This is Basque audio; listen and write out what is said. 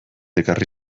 ekarri